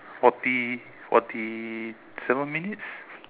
forty forty seven minutes